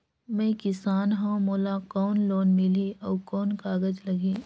मैं किसान हव मोला कौन लोन मिलही? अउ कौन कागज लगही?